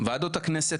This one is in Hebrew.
ועדות הכנסת